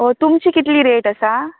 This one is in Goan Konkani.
तुमची कितली रेट आसा